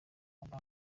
umuntu